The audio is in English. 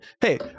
Hey